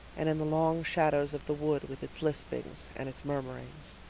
and in the long shadows of the wood with its lispings and its murmurings.